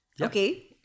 Okay